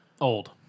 Old